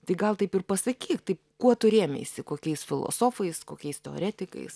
tai gal taip ir pasakyk tai kuo tu rėmeisi kokiais filosofais kokiais teoretikais